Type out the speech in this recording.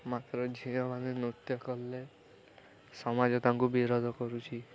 ମାତ୍ର ଝିଅମାନେ ନୃତ୍ୟ କଲେ ସମାଜ ତାଙ୍କୁ ବିରୋଧ କରୁଛି